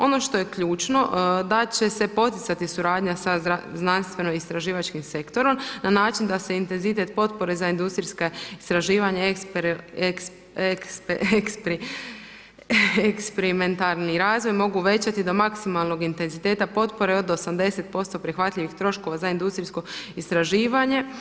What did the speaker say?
Ono što je ključno da će se poticati suradnja sa znanstveno-istraživačkim sektorom na način da se intenzitet potpore za industrijska istraživanja i eksperimentalni razvoj mogu uvećati do maksimalnog intenziteta potpore od 80% prihvatljivih troškova za industrijsko istraživanje.